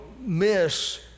miss